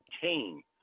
team